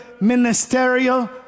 ministerial